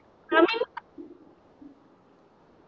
I mean